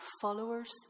followers